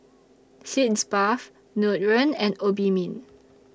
Sitz Bath Nutren and Obimin